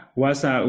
wasa